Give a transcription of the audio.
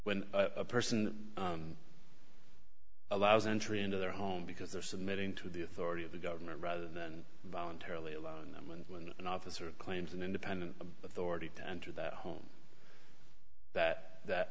when a person allows entry into their home because they're submitting to the authority of the government rather than voluntarily allowing them and when an officer claims an independent authority to enter that home that that